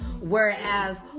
whereas